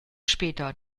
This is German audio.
später